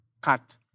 cut